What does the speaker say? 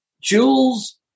Jules